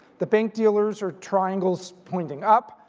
the bank dealers are triangles pointing up,